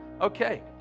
Okay